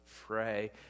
pray